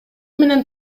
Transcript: менен